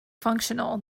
functional